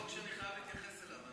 זה חוק שאני חייב להתייחס אליו.